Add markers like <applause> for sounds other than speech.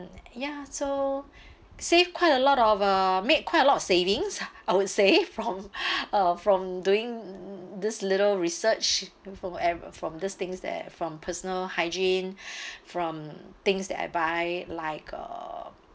ya so save quite a lot of uh make quite a lot savings I would say from <breath> uh from doing this little research from ever from these things there from personal hygiene <breath> from things that I buy like uh